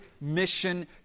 mission